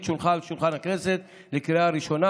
שהונחה על שולחן הכנסת לקריאה הראשונה,